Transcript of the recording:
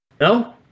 No